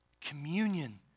communion